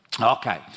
Okay